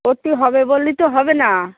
করছি হবে বললে তো হবে না